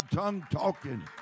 tongue-talking